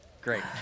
Great